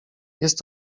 jest